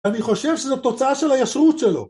אני חושב שזו תוצאה של הישרות שלו